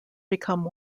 become